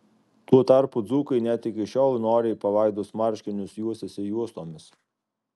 tuo tarpu dzūkai net iki šiol noriai palaidus marškinius juosiasi juostomis